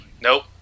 nope